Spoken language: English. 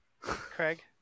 craig